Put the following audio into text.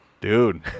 Dude